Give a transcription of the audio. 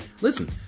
Listen